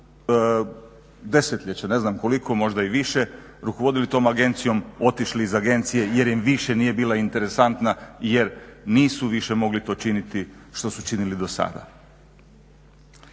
desetljeća ne znam koliko možda i više rukovodili tom agencijom, otišli iz agencije jer im više nije bila interesantna jer nisu više mogli to činiti što su činili do sada.